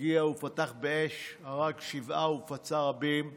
הגיע ופתח באש, הרג שבעה ופצע רבים אחרים.